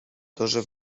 duży